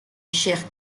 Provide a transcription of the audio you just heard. chairs